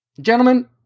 Gentlemen